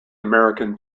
american